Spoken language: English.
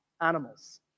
animals